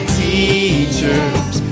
teachers